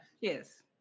Yes